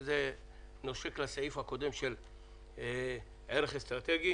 כי זה נושק לסעיף הקודם של ערך אסטרטגי